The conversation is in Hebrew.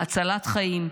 הצלת חיים,